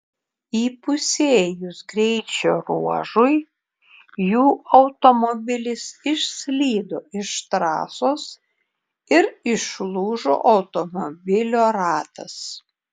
įpusėjus greičio ruožui jų automobilis išslydo iš trasos ir išlūžo automobilio ratas